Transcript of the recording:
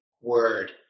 word